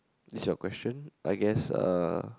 this is your question I guess uh